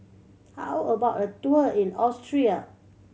how about a tour in Austria